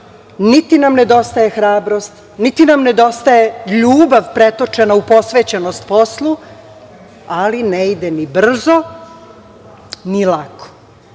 niti nam nedostaje hrabrost, niti nam nedostaje ljubav pretočena u posvećenost poslu, ali ne ide ni brzo, ni lako. To